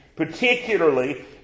particularly